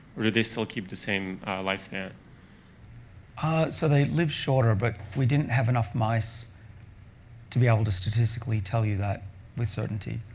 or do they still keep the same life so yeah ah so they live shorter, but we didn't have enough mice to be able to statistically tell you that with certainty.